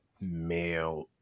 male